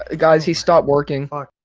ah guys, he stopped working.